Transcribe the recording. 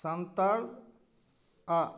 ᱥᱟᱱᱛᱟᱲ ᱟᱜ